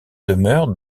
demeurent